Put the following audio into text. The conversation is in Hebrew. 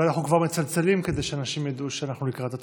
אנחנו כבר מצלצלים כדי שאנשים ידעו שאנחנו לקראת הצבעה.